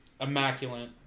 immaculate